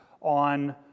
on